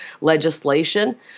legislation